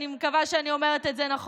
אני מקווה שאני אומרת את זה נכון,